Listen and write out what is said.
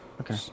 Okay